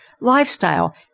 Lifestyle